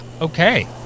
okay